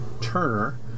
Turner